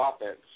offense